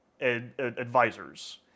advisors